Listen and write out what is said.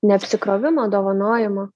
neapsikrovimo dovanojimo